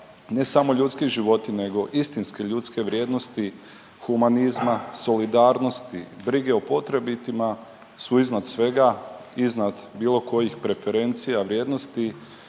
ne samo ljudski životi nego istinske ljudske vrijednosti humanizma, solidarnosti, brige o potrebitima su iznad svega, iznad bilo kojih preferencija vrijednosti